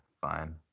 fine